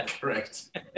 correct